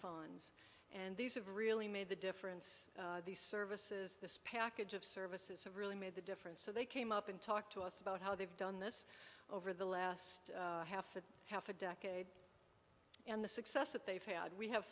phones and these have really made the difference these services this package of services have really made the difference so they came up and talked to us about how they've done this over the last half a half a decade and the success that they've had we have